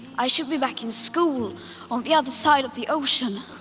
i should be back in school on the other side of the ocean.